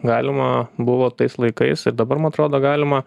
galima buvo tais laikais ir dabar man atrodo galima